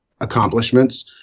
accomplishments